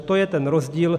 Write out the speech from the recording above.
To je ten rozdíl.